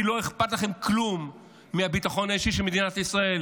כי לא אכפת לכם כלום מהביטחון האישי במדינת ישראל.